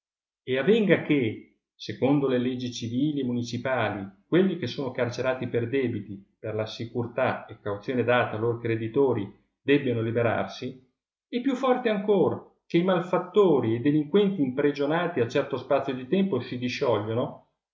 e avenga che secondo le leggi civili e municipali quelli che sono carcerati per debiti per la securità e cauzione data a lor creditori debbiano liberarsi e piìi forte ancor che i malefattori e delinquenti impregionati a certo spazio di tempo si disciogliono